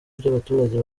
by’abaturage